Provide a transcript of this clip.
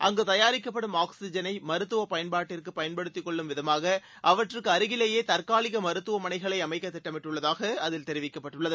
அங்கு தயாரிக்கப்படும் ஆக்ஸிஜனை மருத்துவ பயன்பாட்டிற்கு பயன்படுத்திக்கொள்ளும் விதமாக அவற்றுக்கு அருகிலேயே தற்காலிக மருத்துவமனைகளை அமைக்க திட்டமிடப்பட்டுள்ளதாக அதில் தெரிவிக்கப்பட்டுள்ளது